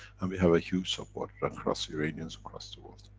and we have a huge support, across iranians, across the world.